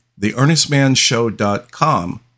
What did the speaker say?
theearnestmanshow.com